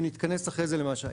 ונתכנס אחרי זה למה שהיה.